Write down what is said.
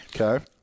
Okay